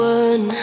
one